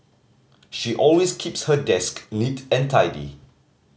she always keeps her desk neat and tidy